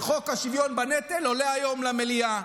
שחוק השוויון בנטל עולה היום למליאה.